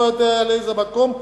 אני לא יודע באיזה מקום,